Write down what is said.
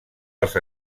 als